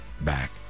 back